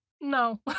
No